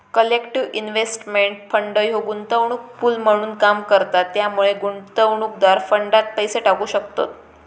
collective investment fund ह्यो गुंतवणूक pool म्हणून काम करता त्यामुळे गुंतवणूकदार फंडात पैसे टाकू शकतत